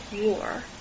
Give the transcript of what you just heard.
war